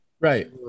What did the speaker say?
right